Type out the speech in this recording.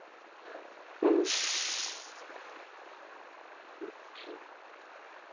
हाँ अच्छा